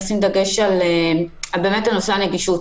לשים דגש על נושא הנגישות,